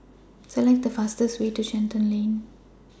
Select The fastest Way to Shenton Lane